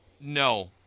No